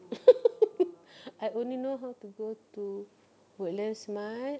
I only know how to go to woodlands mart